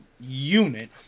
unit